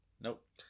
nope